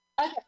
Okay